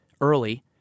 early